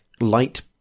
light